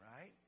right